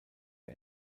der